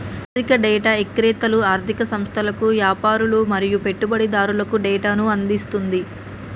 ఆర్ధిక డేటా ఇక్రేతలు ఆర్ధిక సంస్థలకు, యాపారులు మరియు పెట్టుబడిదారులకు డేటాను అందిస్తుంది